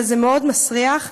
אבל זה מאוד מסריח.